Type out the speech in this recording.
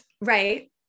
Right